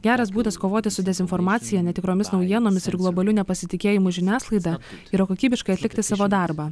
geras būdas kovoti su dezinformacija netikromis naujienomis ir globaliu nepasitikėjimu žiniasklaida yra kokybiškai atlikti savo darbą